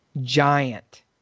giant